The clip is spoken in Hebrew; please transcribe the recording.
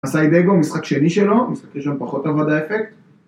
מסאי דגו, משחק שני שלו, משחק שם פחות אבל האפקט